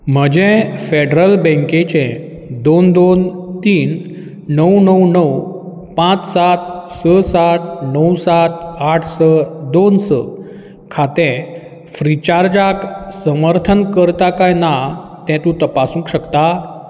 म्हजें फॅडरल बँकेचें दोन दोन तीन णव णव णव पांच सात स सात णव सात आठ स दोन स खातें फ्रिचार्जाक समर्थन करता काय ना तें तूं तपासूक शकता